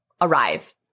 arrive